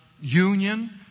union